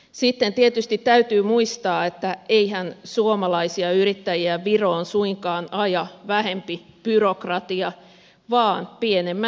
sitten tietysti täytyy muistaa että eihän suomalaisia yrittäjiä viroon suinkaan aja vähempi byrokratia vaan pienemmät verot